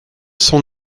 son